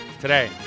today